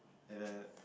like the